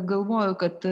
galvoju kad